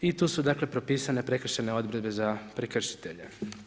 I tu su dakle, propisane prekršajne odredbe za prekršitelje.